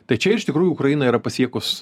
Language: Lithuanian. tai čia iš tikrųjų ukraina yra pasiekus